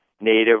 native